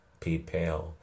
PayPal